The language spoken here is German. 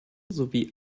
sowie